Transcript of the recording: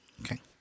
Okay